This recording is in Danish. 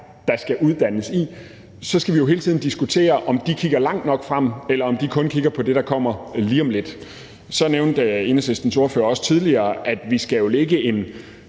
der skal uddannes i, så skal vi jo hele tiden diskutere, om de kigger langt nok frem, eller om de kun kigger på det, der kommer lige om lidt. Så nævnte Enhedslistens ordfører også tidligere, at vi jo skal lægge en